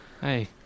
Hey